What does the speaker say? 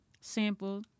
sample